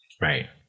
Right